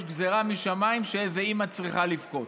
גזרה משמיים שאיזו אימא צריכה לבכות.